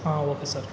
ಹಾಂ okay sir